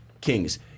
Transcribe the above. Kings